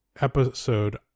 episode